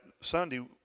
Sunday